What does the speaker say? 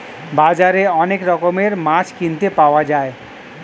বাজারে অনেক রকমের মাছ কিনতে পাওয়া যায়